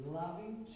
loving